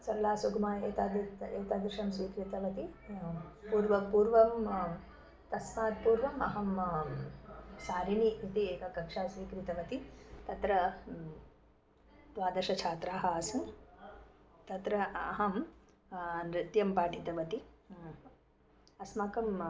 सरला सुगमा एतादृशं एतादृशं स्वीकृतवती पूर्वं पूर्वं तस्मात् पूर्वम् अहं सारिणी इति एका कक्षा स्वीकृतवती तत्र द्वादशछात्राः आसन् तत्र अहं नृत्यं पाठितवती अस्माकं